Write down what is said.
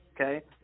okay